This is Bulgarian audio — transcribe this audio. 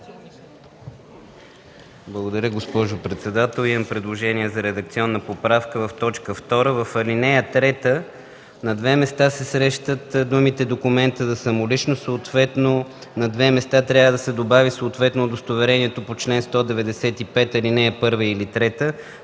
Благодаря, госпожо председател.